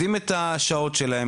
יודעים את השעות שלהם,